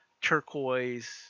turquoise